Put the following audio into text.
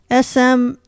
SM